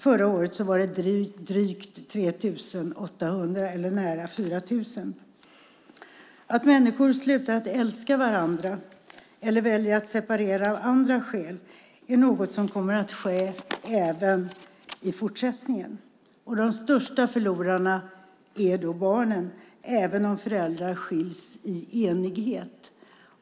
Förra året var det drygt 3 800 eller nära 4 000. Att människor slutar att älska varandra eller väljer att separera av andra skäl är något som kommer att ske även i fortsättningen. De största förlorarna är barnen, även om föräldrar skiljs i enighet.